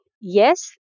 Yes